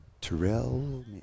Terrell